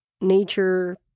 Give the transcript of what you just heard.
nature